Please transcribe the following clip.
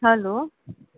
hello